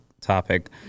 topic